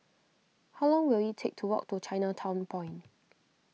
how long will it take to walk to Chinatown Point